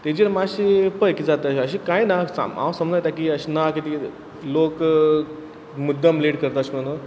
तेजेर मातशे पय कितेंय जाता हरशीं कांय ना हांव समजूं येता की अशें ना की तुगेले लोक मुद्दम लेट करता अशें म्हणोन